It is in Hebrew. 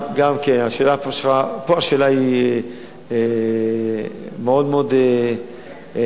גם כן, פה השאלה היא מאוד חזקה.